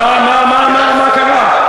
מה קרה לך?